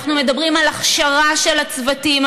אנחנו מדברים על הכשרה של הצוותים,